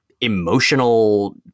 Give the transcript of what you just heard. emotional